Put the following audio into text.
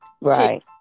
Right